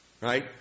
right